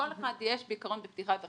לכל אחד יש בעיקרון בפתיחת החשבון,